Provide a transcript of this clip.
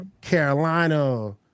Carolina